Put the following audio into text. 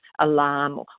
alarm